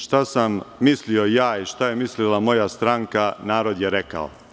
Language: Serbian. Šta sam mislio ja i šta je mislila moja stranka, narod je rekao.